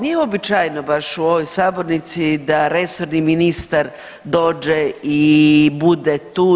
Nije uobičajeno baš u ovoj sabornici da resorni ministar dođe i bude tu.